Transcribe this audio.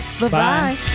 Bye-bye